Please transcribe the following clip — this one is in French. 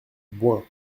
bouin